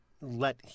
let